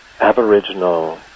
aboriginal